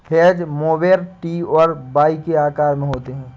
hedge mower T और Y के आकार में आते हैं